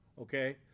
okay